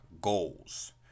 goals